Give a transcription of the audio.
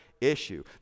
issue